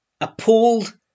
appalled